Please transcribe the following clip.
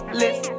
list